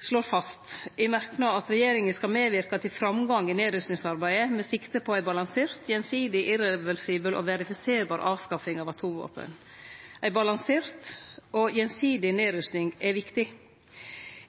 slår fast i ein merknad at regjeringa skal medverke til framgang i nedrustingsarbeidet, med sikte på ei «balansert, gjensidig, irreversibel og verifiserbar» avskaffing av atomvåpen. Ei balansert og gjensidig nedrusting er viktig.